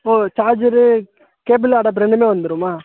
ஓ charger cable adapter ரெண்டுமே வந்துருமா